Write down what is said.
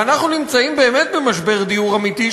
ואנחנו נמצאים באמת במשבר דיור אמיתי,